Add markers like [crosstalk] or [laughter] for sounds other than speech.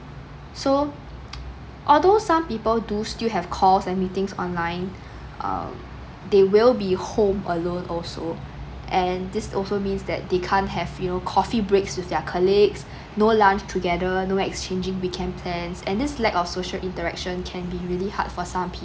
so [noise] although some people do still have calls and meetings online um they will be home alone also and this also means that they can't have you know coffee breaks with their colleagues no lunch together no exchanging weekend plans and this lack of social interaction can be really hard for some people